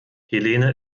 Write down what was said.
helene